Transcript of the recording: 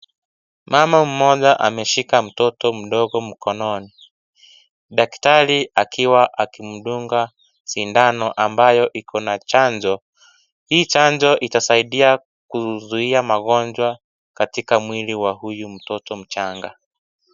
Mama mmoja ameshika mtoto mdogo mkononi daktari akiwa akimdunga sindano ambayo iko na chanjo. Hii chanjo itasaidia kuzuia magonjwa katika mwili wa huyu mtoto mchanga.